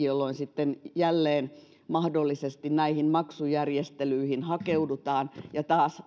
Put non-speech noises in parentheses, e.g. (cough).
(unintelligible) jolloin sitten jälleen mahdollisesti näihin maksujärjestelyihin hakeudutaan